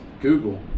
Google